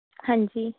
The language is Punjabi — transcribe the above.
ਹਾਂਜੀ